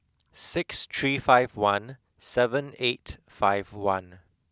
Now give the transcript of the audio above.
six three five one seven eight five one